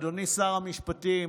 אדוני שר המשפטים,